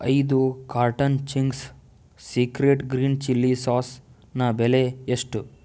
ಐದು carton Ching's secret green chilli ಸಾಸ್ನ ಬೆಲೆ ಎಷ್ಟು